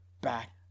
back